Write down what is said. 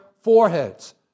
foreheads